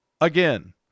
again